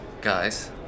guys